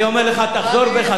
אני אומר לך, תחזור בך.